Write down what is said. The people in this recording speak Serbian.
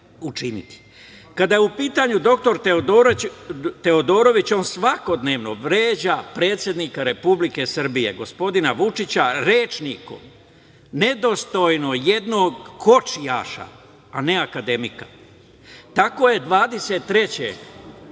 je u pitanju doktor Teodorović, on svakodnevno vređa predsednika Republike Srbije, gospodina Vučića, rečnikom nedostojnog jednog kočijaša, a ne akademika. Tako je 23.